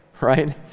right